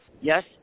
yes